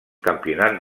campionats